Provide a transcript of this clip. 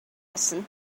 lesson